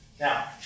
Now